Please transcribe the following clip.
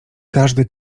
każdy